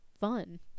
fun